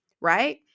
Right